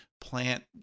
Plant